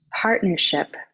partnership